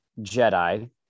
Jedi